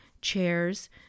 chairs